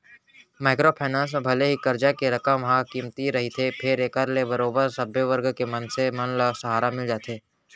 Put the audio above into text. micro finance म भले ही करजा के रकम ह कमती रहिथे फेर एखर ले बरोबर सब्बे वर्ग के मनसे मन ल सहारा मिल जाथे